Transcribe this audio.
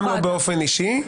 -- וגם לא באופן אישי,